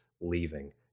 leaving